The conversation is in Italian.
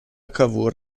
cavour